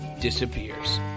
disappears